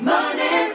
Money